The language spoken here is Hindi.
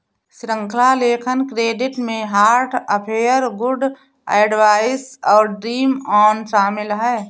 श्रृंखला लेखन क्रेडिट में हार्ट अफेयर, गुड एडवाइस और ड्रीम ऑन शामिल हैं